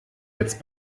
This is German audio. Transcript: jetzt